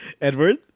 Edward